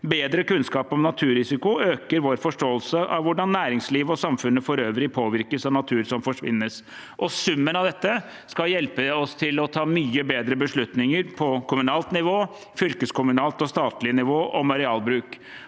Bedre kunnskap om naturrisiko øker vår forståelse av hvordan næringsliv og samfunnet for øvrig påvirkes av natur som forsvinner, og summen av dette skal hjelpe oss til å ta mye bedre beslutninger om arealbruk på kommunalt, fylkeskommunalt og statlig nivå. Arealtap